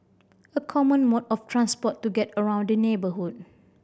a common mode of transport to get around the neighbourhood